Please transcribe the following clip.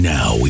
Now